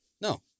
No